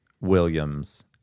Williams